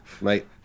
mate